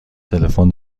تلفن